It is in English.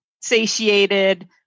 satiated